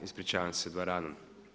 Ispričavam se, dvoranom.